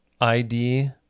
id